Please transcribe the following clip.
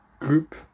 group